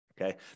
Okay